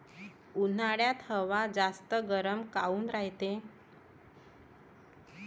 उन्हाळ्यात हवा जास्त गरम काऊन रायते?